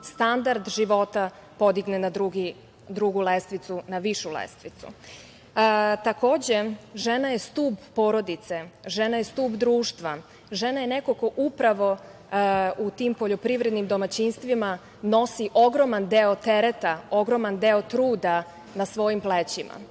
standard života podigne na drugu lestvicu, na višu lestvicu. Takođe, žena je stub porodice, žena je stub društva, žena je neko ko upravo u tim poljoprivrednim domaćinstvima nosi ogroman deo tereta, ogroman deo truda na svojim plećima.